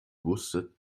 wusstet